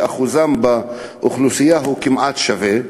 שאחוזם באוכלוסייה כמעט שווה.